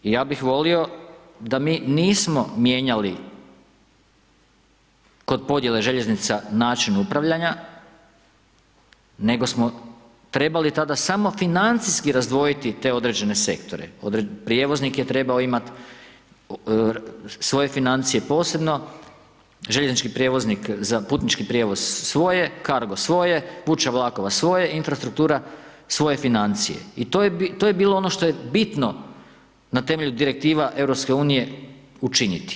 I ja bih volio da mi nismo mijenjali kod podjele željeznica način upravljanja, nego smo trebali tada samo financijski razdvojiti te određene sektore, prijevoznik je trebao imati svoje financije posebno, željeznički prijevoznik za putnički prijevoz svoje, Cargo svoje, Vuča vlakova svoje i Infrastruktura svoje financije i to je bilo ono što je bitno na temelju direktiva EU učiniti.